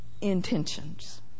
intentions